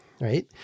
right